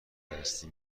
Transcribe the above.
هستی